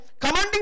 commanding